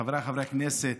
חבריי חברי הכנסת,